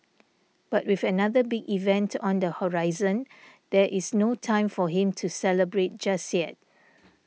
but with another big event on the horizon there is no time for him to celebrate just yet